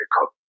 cook